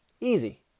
Easy